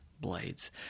blades